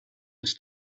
his